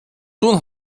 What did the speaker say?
tun